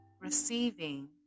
receiving